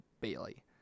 Bailey